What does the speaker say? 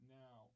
now